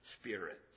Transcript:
Spirit